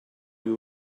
you